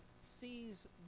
sees